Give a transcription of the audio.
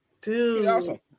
Dude